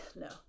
No